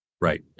Right